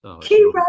Key